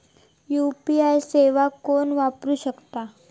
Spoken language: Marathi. यू.पी.आय सेवा कोण वापरू शकता?